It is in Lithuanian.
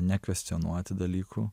nekvestionuoti dalykų